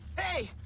hey,